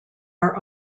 are